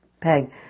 Peg